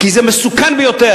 כי זה מסוכן ביותר.